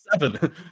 seven